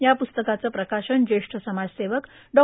या प्रस्तकाचं प्रकाशन ज्येष्ठ समाजसेवक डॉ